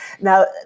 Now